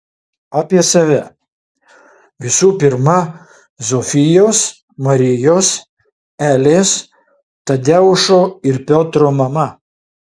apie save visų pirma zofijos marijos elės tadeušo ir piotro mama